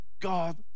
God